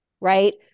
right